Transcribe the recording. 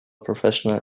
professional